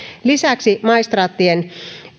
lisäksi maistraattien